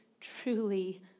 truly